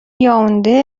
یائونده